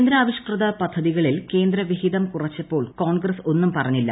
കേന്ദ്രാവിഷ്കൃത പദ്ധതികളിൽ കേന്ദ്രവിഹിതം കുറച്ചപ്പോൾ കോൺഗ്രസ് ഒന്നും പറഞ്ഞില്ല